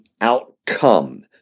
outcome